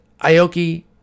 Aoki